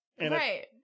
Right